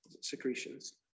secretions